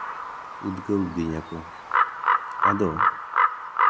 ᱩᱫᱽᱜᱟᱹᱣ ᱞᱤᱫᱤᱧᱟ ᱠᱚ ᱟᱫᱚ